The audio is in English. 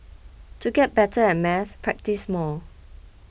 to get better at maths practise more